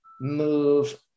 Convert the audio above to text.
move